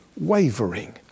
wavering